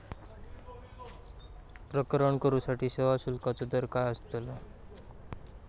प्रकरण करूसाठी सेवा शुल्काचो दर काय अस्तलो?